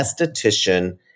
esthetician